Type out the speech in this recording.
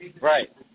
Right